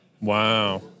Wow